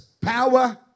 power